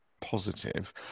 positive